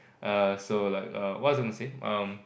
err so like err what was I gonna say erm